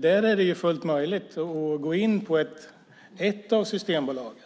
Det är fullt möjligt att gå in på ett av systembolagen